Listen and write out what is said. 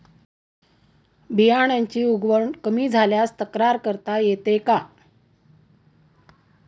बियाण्यांची उगवण कमी झाल्यास तक्रार करता येते का?